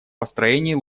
построении